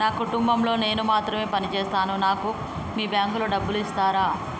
నా కుటుంబం లో నేను మాత్రమే పని చేస్తాను నాకు మీ బ్యాంకు లో డబ్బులు ఇస్తరా?